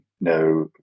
no